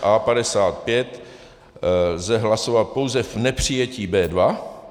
A55 lze hlasovat pouze v nepřijetí B2.